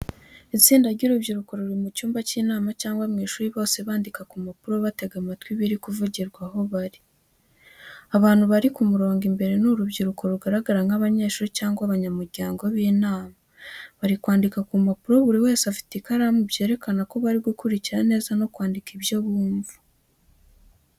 Itsinda ry’urubyiruko ruri mu cyumba cy’inama cyangwa mu ishuri bose bandika ku mpapuro batega amatwi ibiri kuvugirwa aho bari. Abantu bari ku murongo imbere ni urubyiruko rugaragara nk’abanyeshuri cyangwa abanyamuryango b’inama. Bari kwandika ku mpapuro buri wese afite ikaramu byerekana ko bari gukurikira neza no kwandika ibyo bumva.